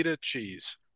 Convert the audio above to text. cheese